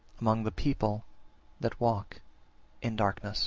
among the people that walk in darkness.